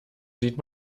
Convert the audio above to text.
sieht